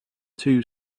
two